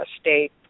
state